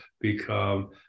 become